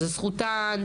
זו זכותן.